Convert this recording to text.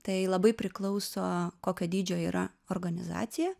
tai labai priklauso nuo kokio dydžio yra organizacija